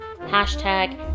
Hashtag